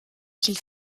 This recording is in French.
qu’il